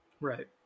Right